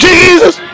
Jesus